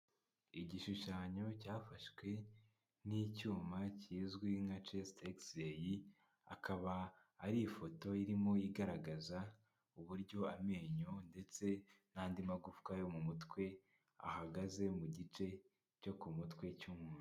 Igishushanyo cyafashwe n'icyuma kizwi nka cesitegiseyi, akaba ari ifoto irimo igaragaza uburyo amenyo ndetse n'andi magufwa yo mu mutwe ahagaze mu gice cyo ku mutwe cy'umuntu.